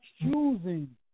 choosing